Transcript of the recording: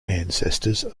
ancestors